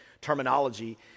terminology